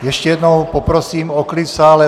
Ještě jednou poprosím o klid v sále.